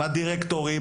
הדירקטורים,